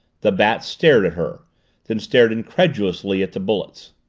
the bat stared at her then stared incredulously at the bullets.